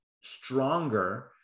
stronger